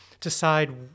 decide